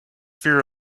fear